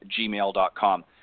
gmail.com